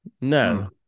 No